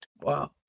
Wow